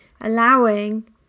Allowing